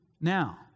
now